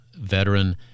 veteran